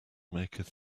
maketh